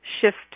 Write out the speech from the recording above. shift